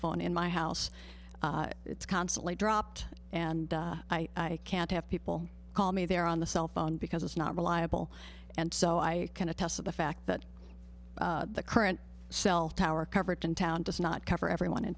phone in my house it's constantly dropped and i can't have people call me there on the cell phone because it's not reliable and so i can attest to the fact that the current cell tower coverage in town does not cover everyone in